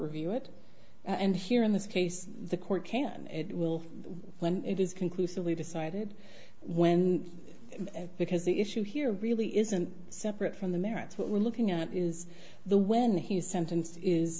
review it and here in this case the court can it will when it is conclusively decided when because the issue here really isn't separate from the merits what we're looking at is the when he's sentenced is